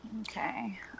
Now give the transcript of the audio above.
Okay